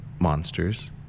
monsters